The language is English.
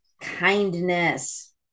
kindness